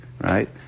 right